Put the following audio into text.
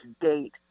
date